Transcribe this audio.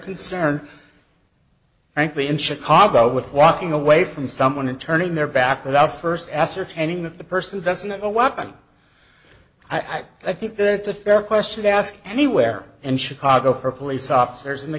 concerned frankly in chicago with walking away from someone and turning their back without first ascertaining that the person doesn't have a weapon i think that's a fair question to ask anywhere in chicago for police officers in the